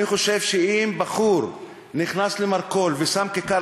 אני חושב שאם בחור נכנס למרכול ושם כיכר